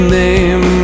name